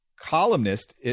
columnist